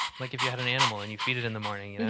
like if you had an animal and you feed it in the morning,